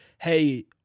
hey